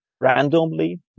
randomly